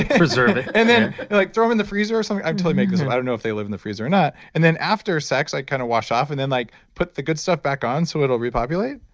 preserve it. yeah and then like throw them in the freezer or something? i'm totally making this up. i don't know if they live in the freezer or not. and then after sex i kind of wash off and then like put the good stuff back on so it'll repopulate?